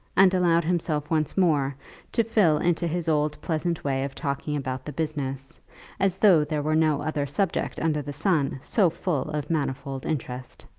and allowed himself once more to fall into his old pleasant way of talking about the business as though there were no other subject under the sun so full of manifold interest.